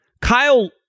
Kyle